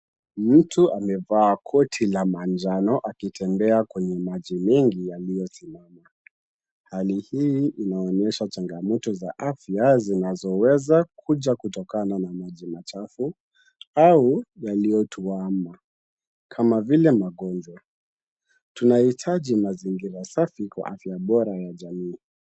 Mtu amevaa koti la manjano akitembea kwenye maji mengi yaliyosimama. Hali hii inaonyesha changamoto za afya zinazoweza kuja kutokana na maji machafu au yaliyotuwama, kama vile magonjwa. Tunahitaji mazingira safi kwa afya bora ya jamii.